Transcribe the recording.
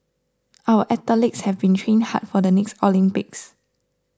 our athletes have been training hard for the next Olympics